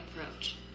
approach